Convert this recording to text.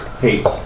Hate